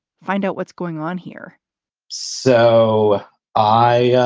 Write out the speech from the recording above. find out what's going on here so i.